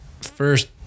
first